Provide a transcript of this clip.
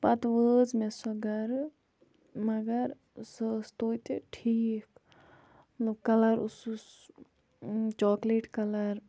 پَتہٕ وٲژ مےٚ سۄ گَرٕ مگر سۄ ٲسۍ توتہِ ٹھیٖک مطلب کَلَر اوسُس چاکلیٹ کَلَر